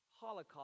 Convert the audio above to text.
Holocaust